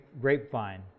grapevine